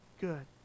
good